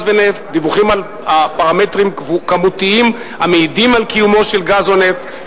ונפט: דיווחים על פרמטרים כמותיים המעידים על קיומו של גז או נפט,